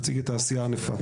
תציג את העשייה הענפה.